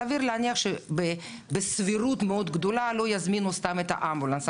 סביר להניח שבסבירות מאוד גדולה שלא יזמינו סתם את האמבולנס,